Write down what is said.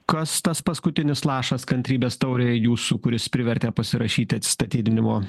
kas tas paskutinis lašas kantrybės taurėj jūsų kuris privertė pasirašyti atsistatydinimo